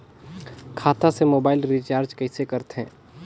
खाता से mobile recharge कइसे करथे